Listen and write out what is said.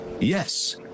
Yes